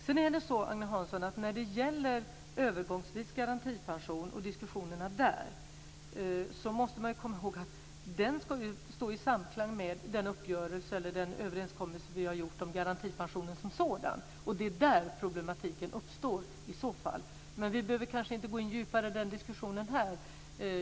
Sedan är det så, Agne Hansson, att när det gäller den övergångsvisa garantipensionen och de diskussionerna måste man komma ihåg att detta ska stå i samklang med den överenskommelse som vi har träffat om garantipensionen som sådan. Det är där som problematiken i så fall uppstår men vi behöver kanske inte gå in djupare på den diskussionen här.